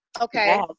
Okay